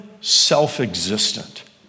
self-existent